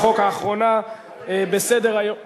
אדוני, פספסתי,